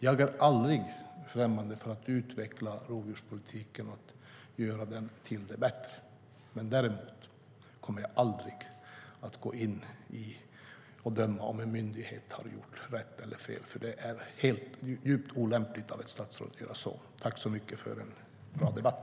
Jag är aldrig främmande för att utveckla rovdjurspolitiken och för att göra den bättre. Däremot kommer jag aldrig att gå in och döma om en myndighet har gjort rätt eller fel. Det är djupt olämpligt av ett statsråd att göra det. Tack för en bra debatt!